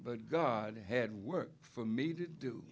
but god had work for me to do